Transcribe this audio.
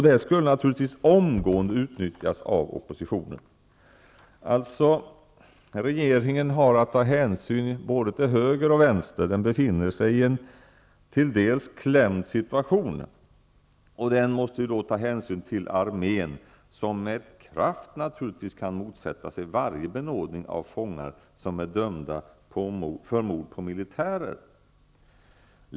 Det skulle naturligtvis omgående utnyttjas av oppositionen. Regeringen har alltså att ta hänsyn både till höger och vänster. Den befinner sig i en till dels klämd situation. Den måste då ta hänsyn till armén som med kraft kan motsätta sig varje benådning av fångar som är dömda för mord på militärer.